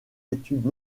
études